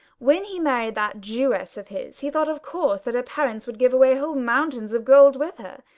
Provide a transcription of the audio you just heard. when he married that jewess of his he thought of course that her parents would give away whole mountains of gold with her,